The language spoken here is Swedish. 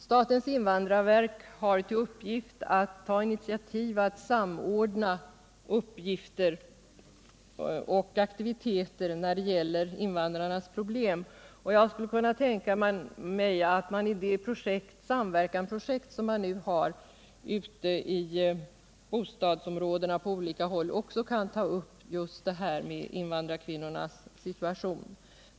Statens invandrarverk har till uppgift att ta initiativ till att samordna uppgifter och aktiviteter när det gäller invandrarnas problem. Jag skulle kunna tänka mig att man i det samverkanprojekt som man nu har på olika håll ute i bostadsområdena också kan ta upp invandrarkvinnornas situation.